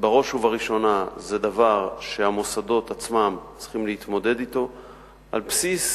בראש ובראשונה זה דבר שהמוסדות עצמם צריכים להתמודד אתו על בסיס